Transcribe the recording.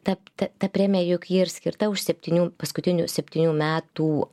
tap ta ta premija juk ji ir skirta už septynių paskutinių septynių metų